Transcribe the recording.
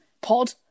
pod